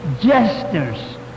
jesters